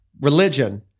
religion